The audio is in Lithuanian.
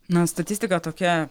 na statistika tokia